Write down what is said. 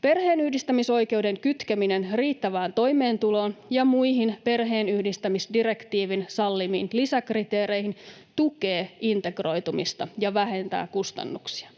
Perheenyhdistämisoikeuden kytkeminen riittävään toimeentuloon ja muihin perheenyhdistämisdirektiivin sallimiin lisäkriteereihin tukee integroitumista ja vähentää kustannuksia.